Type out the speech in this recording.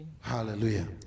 Hallelujah